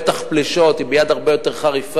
בוודאי פלישות, עם יד הרבה יותר קשה.